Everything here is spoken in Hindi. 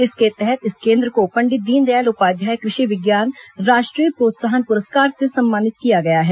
इसके तहत इस केन्द्र को पंडित दीनदयाल उपाध्याय कृषि विज्ञान राष्ट्रीय प्रोत्साहन पुरस्कार से सम्मानित किया गया है